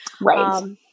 Right